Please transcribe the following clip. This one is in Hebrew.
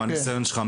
מהניסיון שלך,